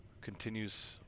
continues